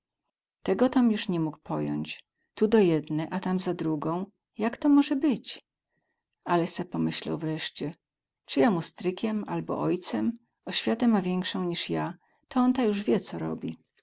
tego tom juz ni mógł pojąć tu do jedne a tam za drugą jak to moze być alech se pomyślał wreście cy ja mu strykem abo ojcem oświatę ma więksą niz ja to on ta juz wie co robi